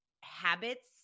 habits